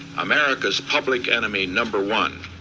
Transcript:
america's public enemy number one,